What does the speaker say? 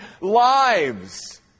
lives